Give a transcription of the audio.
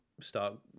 start